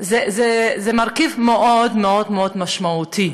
זה מרכיב מאוד מאוד מאוד משמעותי.